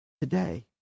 today